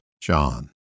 John